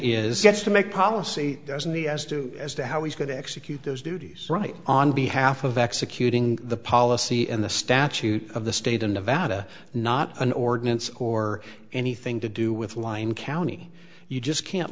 is gets to make policy doesn't the s do as to how he's going to execute those duties right on behalf of executing the policy and the statute of the state of nevada not an ordinance or anything to do with line county you